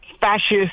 fascist